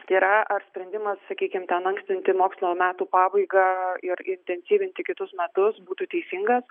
tai yra ar sprendimas sakykim ten ankstinti mokslo metų pabaigą ir intensyvinti kitus metus būtų teisingas